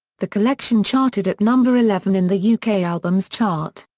the collection charted at number eleven in the yeah uk albums chart.